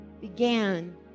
began